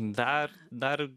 dar dar